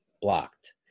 blocked